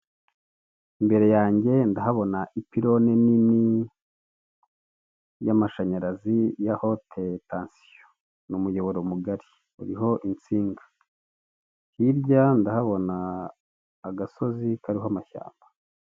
Imbere yange ndahabona ipironi Nini yamashanyarazi, ya hote tansiyo, ni umuyoboro mugari ,uriho insinga ,hirya ndahabona agasozi kariho amashyamba.